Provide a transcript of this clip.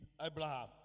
Abraham